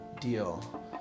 deal